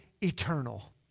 eternal